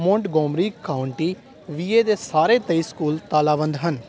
Montgomery county VA ਦੇ ਸਾਰੇ ਤੇਈ ਸਕੂਲ ਤਾਲਾਬੰਦ ਹਨ